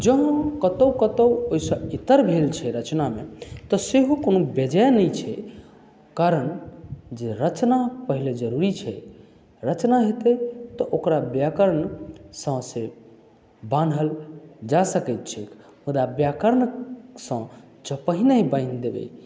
जँ कतौ कतौ ओहिसँ इतर भेल छै रचनामे तऽ सेहो कोनो बेजाय नहि छै कारण जे रचना पहिले जरुरी छै रचना हेतै तऽ ओकरा व्याकरणसँ से बान्हल जा सकैत छैक मुदा व्याकरणसँ जँ पहिने बान्हि देबै